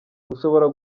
mushobora